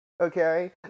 okay